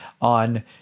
on